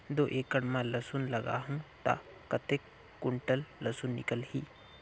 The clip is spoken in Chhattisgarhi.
दो एकड़ मां लसुन लगाहूं ता कतेक कुंटल लसुन निकल ही?